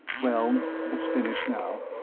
well, it's finished now.